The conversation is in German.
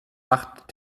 macht